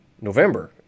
November